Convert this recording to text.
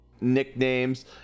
nicknames